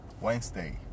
Wednesday